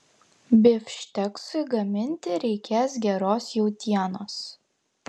bifšteksui gaminti reikės geros jautienos